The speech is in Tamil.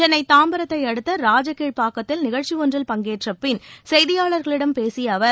சென்ளை தாம்பரத்தை அடுத்த ராஜகீழ்ப்பாக்கத்தில் நிகழ்ச்சி ஒன்றில் பங்கேற்றபின் செய்தியாளர்களிடம் பேசிய அவர்